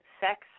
sex